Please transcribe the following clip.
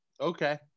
Okay